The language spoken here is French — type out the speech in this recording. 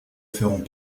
feront